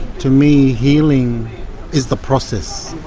to me healing is the process,